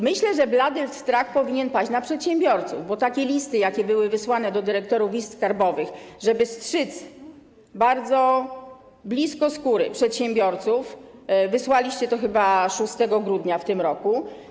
Myślę, że blady strach powinien paść na przedsiębiorców, bo takie listy, jakie były wysłane do dyrektorów izb skarbowych, żeby strzyc bardzo blisko skóry przedsiębiorców, wysłaliście chyba 6 grudnia w tamtym roku.